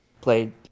played